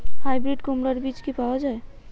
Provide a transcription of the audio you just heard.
Hybrid কুমড়ার বীজ কি পাওয়া য়ায়?